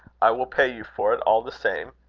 i will pay you for it all the same.